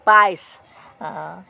पायस